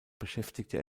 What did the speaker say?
beschäftigte